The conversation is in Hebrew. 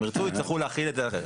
אם ירצו, יצטרכו להחיל את זה אחרת.